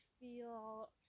feel